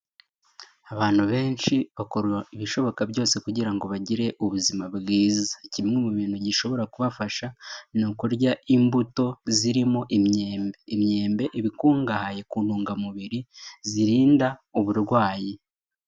Abantu benshi bakora ibishoboka byose kugira ngo bagire ubuzima bwiza. Kimwe mu bintu gishobora kubafasha ni ukurya imbuto zirimo imyembe. Imyembe iba ikungahaye ku ntungamubiri zirinda uburwayi.